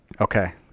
okay